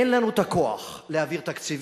אין לנו הכוח להעביר תקציבים,